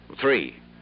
Three